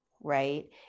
right